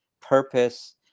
purpose